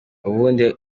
ubundi